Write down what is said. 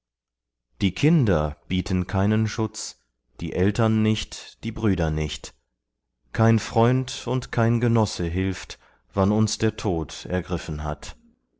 die kinder bieten keinen schutz die eltern nicht die brüder nicht kein freund und kein genosse hilft wann uns der tod ergriffen hat